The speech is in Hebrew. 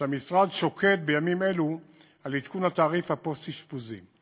שהמשרד שוקד בימים אלו על עדכון התעריף הפוסט-אשפוזי.